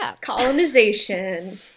Colonization